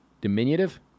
Diminutive